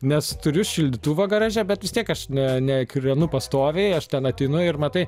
nes turiu šildytuvą garaže bet vis tiek aš ne ne kūrenu pastoviai aš ten ateinu ir matai